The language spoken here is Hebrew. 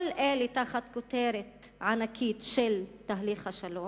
כל אלה תחת כותרת ענקית של תהליך השלום.